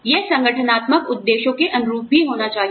यह संगठनात्मक उद्देश्यों के अनुरूप भी होना चाहिए